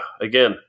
Again